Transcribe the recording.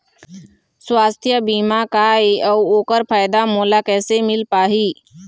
सुवास्थ बीमा का ए अउ ओकर फायदा मोला कैसे मिल पाही?